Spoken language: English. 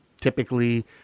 typically